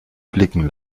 blicken